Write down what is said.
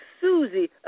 Susie